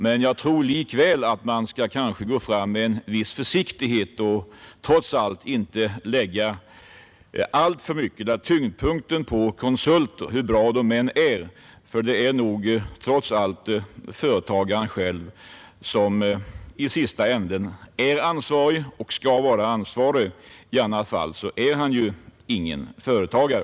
Men jag tror likväl att man skall gå fram med en viss försiktighet och inte lägga alltför mycket av tyngdpunkten på konsulter, hur bra de än är. För det är nog trots allt företagaren själv som i sista änden är ansvarig och skall vara ansvarig — i annat fall är han ju ingen företagare.